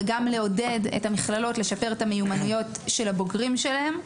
ולעודד את המכללות לשפר את המיומנויות של הבוגרים שלהן.